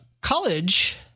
college